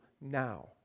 now